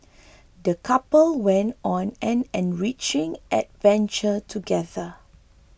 the couple went on an enriching adventure together